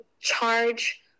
charge